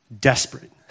desperate